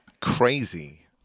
Crazy